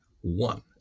One